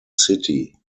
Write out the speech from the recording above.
city